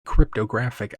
cryptographic